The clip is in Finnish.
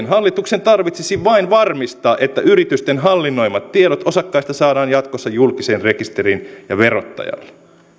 hallituksen tarvitsisi vain varmistaa että yritysten hallinnoimat tiedot osakkaista saadaan jatkossa julkiseen rekisteriin ja verottajalle